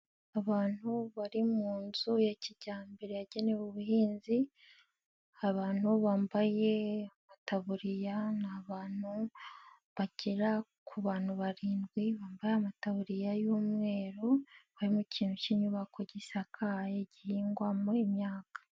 Abantu bari mu nzu ya kijyambere yagenewe ubuhinzi, abantu bambaye amataburiya, ni abantu bagera ku bantu barindwi, bambaye amataburiya y'umweru, harimu ikintu cy'inyubako gisakaye gihingwamo imyaka.